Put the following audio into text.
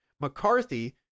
McCarthy